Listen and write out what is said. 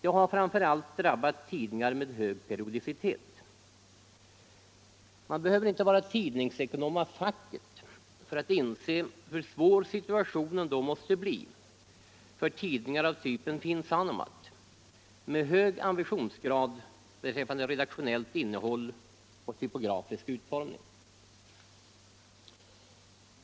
De har framför allt drabbat tidningar med hög periodicitet. Man behöver inte vara tidningsekonom av facket för att inse hur svår situationen då måste bli för tidningar av typen Finn Sanomat, med hög ambitionsgrad beträffande redaktionellt innehåll och typografisk utformning.